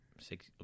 six